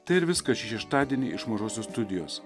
tai ir viskas šį šeštadienį iš mažosios studijos